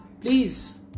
Please